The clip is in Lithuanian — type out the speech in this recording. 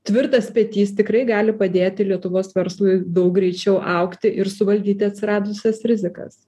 tvirtas petys tikrai gali padėti lietuvos verslui daug greičiau augti ir suvaldyti atsiradusias rizikas